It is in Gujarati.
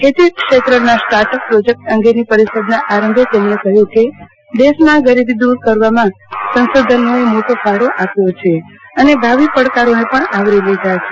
ખેતી ક્ષેત્રના સ્ટાર્ટઅપ પ્રોજેક્ટ અંગેની પરિષદના આરંભે તેમણે કહ્યું કે દેશમાં ગરીબીદૂર કરવામાં સંશોધનોએ મોટો ફાળો આપ્યો છે અને ભાવિ પડકારોને પણ આવરી લીધા છે